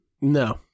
No